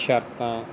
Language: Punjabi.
ਸ਼ਰਤਾਂ